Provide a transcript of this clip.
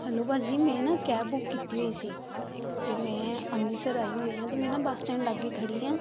hello ਭਾਅ ਜੀ ਮੈਂ ਨਾ ਕੈਬ ਬੁੱਕ ਕੀਤੀ ਹੋਈ ਸੀ ਅਤੇ ਮੈਂ ਅੰਮ੍ਰਿਤਸਰ ਆਈ ਹੋਈ ਹਾਂ ਅਤੇ ਮੈਂ ਨਾ ਬੱਸ ਸਟੈਂਡ ਲਾਗੇ ਖੜ੍ਹੀ ਹਾਂ